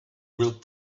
build